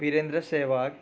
Virendra Sehwag